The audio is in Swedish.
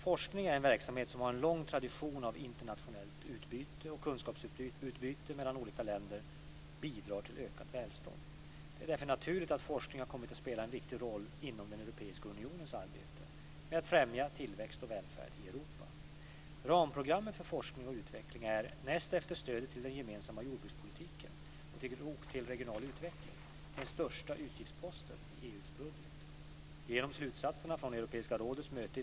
Forskning är en verksamhet som har en lång tradition av internationellt utbyte, och kunskapsutbyte mellan olika länder bidrar till ökat välstånd. Det är därför naturligt att forskning har kommit att spela en viktig roll inom Europeiska unionens arbete med att främja tillväxt och välfärd i Europa. Ramprogrammet för forskning och utveckling är, näst efter stödet till den gemensamma jordbrukspolitiken och till regional utveckling, den största utgiftsposten i EU:s budget.